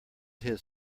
his